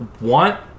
want